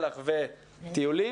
של"ח וטיולים.